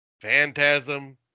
Phantasm